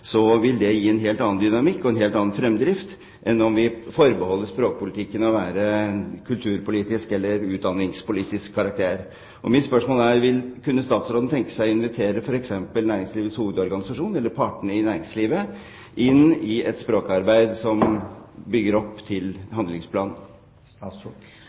det vil gi en helt annen dynamikk og en helt annen fremdrift enn om vi forbeholder språkpolitikken til å være av kulturpolitisk eller utdanningspolitisk karakter. Mitt spørsmål er: Kunne statsråden tenke seg å invitere f.eks. Næringslivets Hovedorganisasjon eller partene i næringslivet inn i et språkarbeid som legger opp til